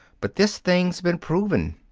but this thing's been proven.